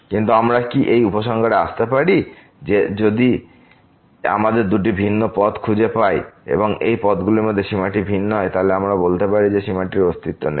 কিন্তু আমরা কি এই উপসংহারে আসতে পারি যে যদি আমরা দুটি ভিন্ন পথ খুঁজে পাই এবং সেই পথগুলির মধ্যে সীমাটি ভিন্ন হয় তাহলে আমরা বলতে পারি যে সীমাটির অস্তিত্ব নেই